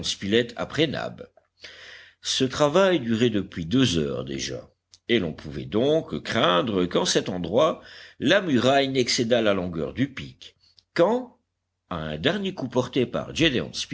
nab ce travail durait depuis deux heures déjà et l'on pouvait donc craindre qu'en cet endroit la muraille n'excédât la longueur du pic quand à un dernier coup porté par